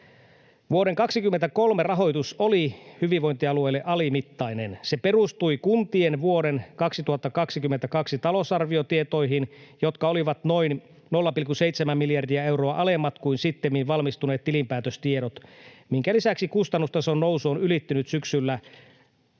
Vuoden 23 rahoitus oli hyvinvointialueille alimittainen. Se perustui kuntien vuoden 2022 talousarviotietoihin, jotka olivat noin 0,7 miljardia euroa alemmat kuin sittemmin valmistuneet tilinpäätöstiedot, minkä lisäksi kustannustason nousu on ylittynyt syksyllä